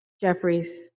Jeffries